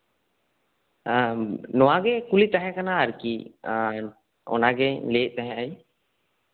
ᱦᱮᱸ ᱱᱚᱣᱟ ᱜᱮ ᱠᱩᱞᱤ ᱛᱟᱦᱮ ᱠᱟᱱᱟ ᱟᱨᱠᱤ ᱚᱱᱟᱜᱮ ᱞᱟᱭᱮᱜ ᱛᱟᱦᱮᱜ ᱤᱧ